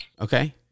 Okay